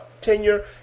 tenure